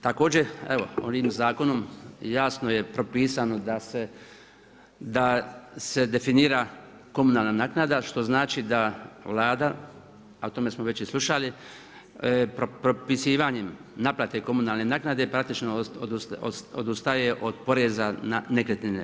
Također evo ovim zakonom jasno je propisano da se definira komunalna naknada, što znači da Vlada, a o tome smo već i slušali, propisivanjem naplate komunalne naknade praktično odustaje od porezna na nekretnine.